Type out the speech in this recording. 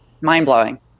mind-blowing